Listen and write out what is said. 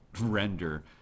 render